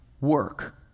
work